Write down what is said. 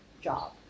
job